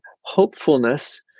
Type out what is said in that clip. hopefulness